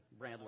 Brandler